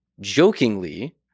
jokingly